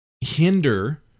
hinder